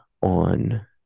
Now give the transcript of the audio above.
on